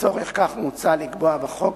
לצורך כך מוצע לקבוע בחוק,